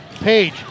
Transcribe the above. Page